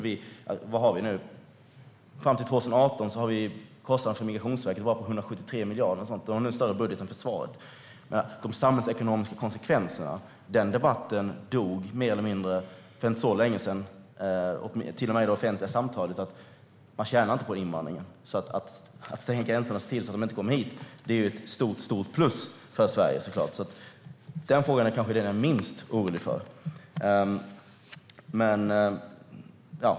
Vi har fram till 2018 kostnader för enbart Migrationsverket på ungefär 173 miljarder. Det har nu en större budget än försvaret. Debatten om de samhällsekonomiska konsekvenserna dog mer eller mindre för inte så länge sedan. Till och med i det offentliga samtalet säger man att man inte tjänar på invandringen. Att stänga gränserna och se till att de inte kommer hit är såklart ett stort plus för Sverige. Det är kanske den fråga som jag är minst orolig för.